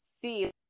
see